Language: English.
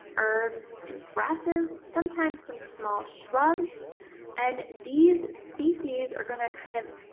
herbs, and grasses, sometimes some small shrubs and these species are going to kind of